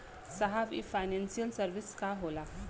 साहब इ financial service का होला?